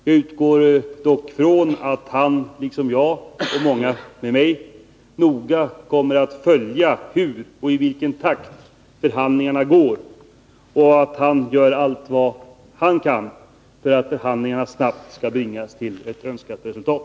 Jag utgår dock från att han liksom jag och många med mig noga kommer att följa hur och i vilken takt förhandlingarna fortgår och att han gör allt vad han kan för att dessa snabbt skall bringas till ett önskat resultat.